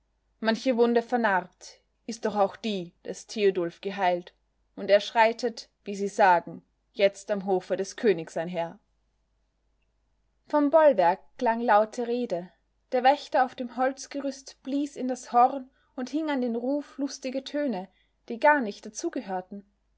manche wunde vernarbt ist doch auch die des theodulf geheilt und er schreitet wie sie sagen jetzt am hofe des königs einher vom bollwerk klang laute rede der wächter auf dem holzgerüst blies in das horn und hing an den ruf lustige töne die gar nicht dazugehörten